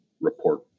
report